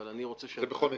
אבל אני רוצה --- זה בכל מקרה,